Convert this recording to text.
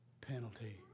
penalty